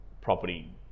property